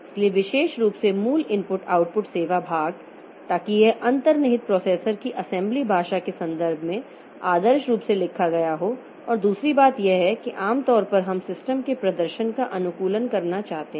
इसलिए विशेष रूप से मूल इनपुट आउटपुट सेवा भाग ताकि यह अंतर्निहित प्रोसेसर की असेंबली भाषा के संदर्भ में आदर्श रूप से लिखा गया हो और दूसरी बात यह है कि आम तौर पर हम सिस्टम के प्रदर्शन का अनुकूलन करना चाहते हैं